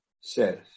says